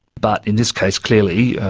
but in this case, clearly,